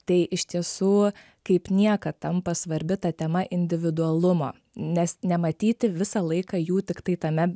tai iš tiesų kaip niekad tampa svarbi ta tema individualumo nes nematyti visą laiką jų tiktai tame